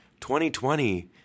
2020